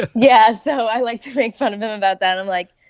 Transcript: yeah. so i like to make fun of him about that. and like,